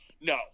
No